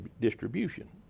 distribution